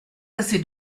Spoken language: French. assez